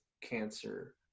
cancer